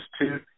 two